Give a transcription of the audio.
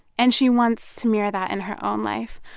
and she wants to mirror that in her own life.